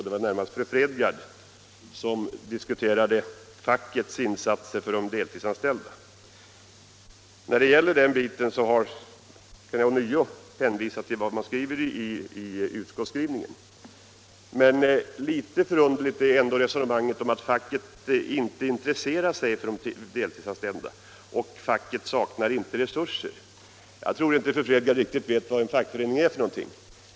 Det var närmast fru Fredgardh som diskuterade fackets insatser för de deltidsanställda. Jag kan här ånyo hänvisa till vad utskottet skriver. Litet förunderligt är ändå resonemanget om att facket inte intresserar sig för deltidsanställda. Facket skulle inte sakna resurser. Jag tror inte att fru Fredgardh vet vad en fackförening är för någonting.